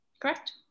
Correct